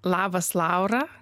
labas laura